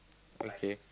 okay